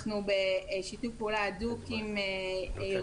אנחנו בשיתוף פעולה הדוק עם ארגוני